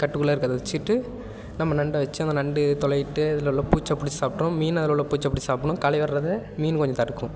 கட்டுக்குள்ளே இருக்கிறத வச்சுட்டு நம்ம நண்டை வச்சு அந்த நண்டு துளையுட்டு அதில் உள்ள பூச்சை பிடிச்சி சாப்பிட்ரும் மீன் அதில் உள்ள பூச்சை பிடிச்சி சாப்பிட்ரும் களையிடுறதை அந்த மீன் கொஞ்சம் தடுக்கும்